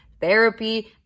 therapy